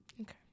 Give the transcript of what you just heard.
Okay